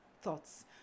thoughts